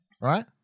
Right